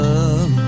Love